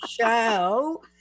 show